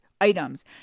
items